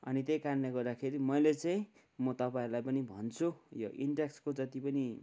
अनि त्यही कारणले गर्दाखेरि मैले चाहिँ म तपाईँहरूलाई पनि भन्छु यो इन्टेक्सको जति पनि